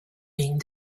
being